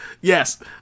Yes